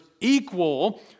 equal